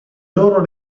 loro